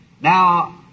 Now